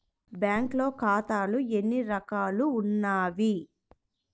బ్యాంక్లో ఖాతాలు ఎన్ని రకాలు ఉన్నావి?